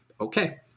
Okay